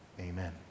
Amen